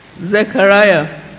Zechariah